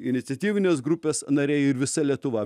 iniciatyvinės grupės nariai ir visa lietuva